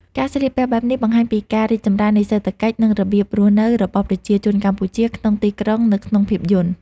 ការស្លៀកពាក់បែបនេះបានបង្ហាញពីការរីកចម្រើននៃសេដ្ឋកិច្ច និងរបៀបរស់នៅរបស់ប្រជាជនកម្ពុជាក្នុងទីក្រុងនៅក្នុងភាពយន្ត។